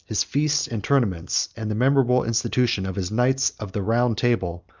his feasts and tournaments, and the memorable institution of his knights of the round table,